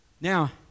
Now